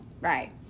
Right